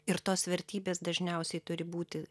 ir tos vertybės dažniausiai turi būti